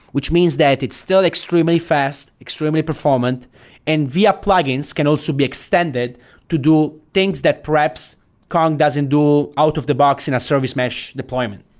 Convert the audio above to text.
which means that it's still extremely fast, extremely performant and via plugins can also be extended to do things that perhaps kong doesn't do out of the box in a service mesh deployment.